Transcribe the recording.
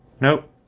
Nope